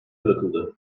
bırakıldı